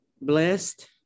blessed